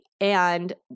And-